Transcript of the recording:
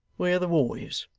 where the war is